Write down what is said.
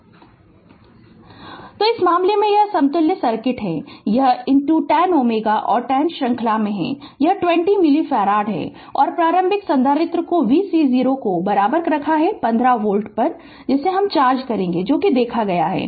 Refer Slide Time 0459 तो इस मामले में यह समतुल्य सर्किट है यह x 10 Ω और 10 श्रृंखला में हैं कि यह 20 मिलीफ़ारड है और प्रारंभिक संधारित्र को v C0 15 वोल्ट पर चार्ज किया गया था जो देखा है